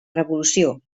revolució